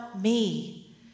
me